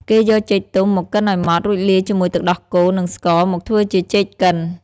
គេយកចេកទុំមកកិនឲ្យម៉ត់ រួចលាយជាមួយទឹកដោះគោ និងស្ករ មកធ្វើជាចេកកិន។